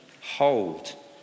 hold